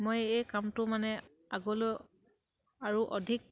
মই এই কামটো মানে আগলৈ আৰু অধিক